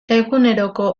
eguneroko